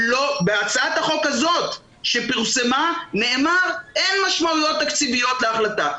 בהצעת החוק הזאת שפורסמה נאמר: "אין משמעויות תקציביות להחלטה".